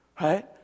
Right